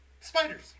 spiders